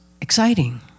exciting